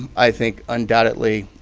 i think, undoubtedly,